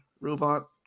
Robot